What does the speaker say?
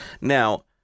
Now